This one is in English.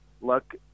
Look